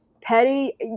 petty